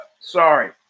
Sorry